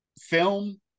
film